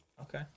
Okay